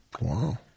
Wow